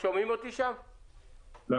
עד